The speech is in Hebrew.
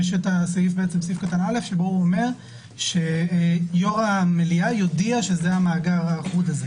יש את סעיף קטן (א) שבו נאמר שיושב-ראש המליאה יודיע שזה המאגר האחוד.